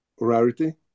rarity